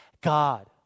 God